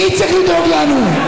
מי צריך לדאוג לנו?